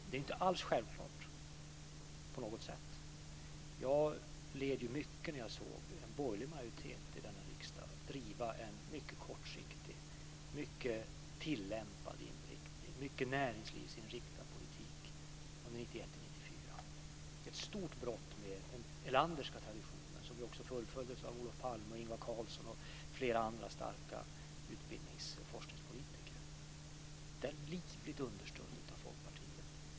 Det är inte alls självklart på något sätt. Jag led mycket när jag såg en borgerlig majoritet i denna riksdag driva en mycket kortsiktig, en mycket tillämpad inriktning och en mycket näringslivsinriktad politik under 1991-1994. Det var ett stort brott med den Erlanderska traditionen, som också fullföljdes av Olof Palme och Ingvar Carlsson och flera andra starka utbildnings och forskningspolitiker. Den är livligt understödd av Folkpartiet.